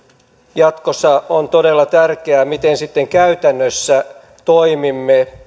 jatkossa on todella tärkeää miten sitten käytännössä toimimme